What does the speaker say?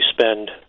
spend